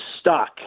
stuck